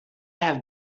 have